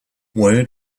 where